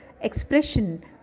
expression